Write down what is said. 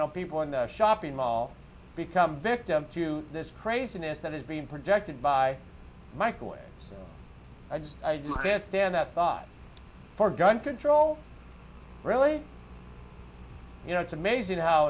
know people in the shopping mall become victim to this craziness that has been projected by michael i just can't stand that thought for gun control really you know it's amazing